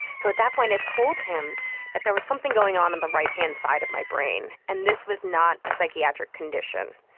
so at that point it told him that there was something going on on and the right-hand side of my brain, and this was not a psychiatric condition,